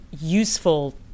useful